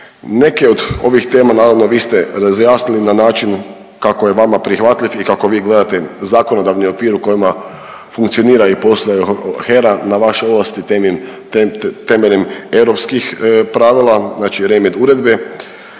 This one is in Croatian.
Neke od ovih tema naravno vi ste razjasnili na način kako je vama prihvatljiv i kako vi gledate zakonodavni okvir u kojima funkcionira i posluje HERA na vaš …/Govornik se ne razumije/…temeljem europskih pravila znači …/Govornik